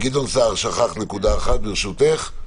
גדעון סער שכח נקודה אחת, ברשותך.